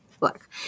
look